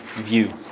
view